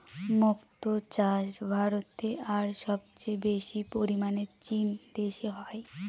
মক্তো চাষ ভারতে আর সবচেয়ে বেশি পরিমানে চীন দেশে হয়